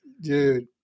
Dude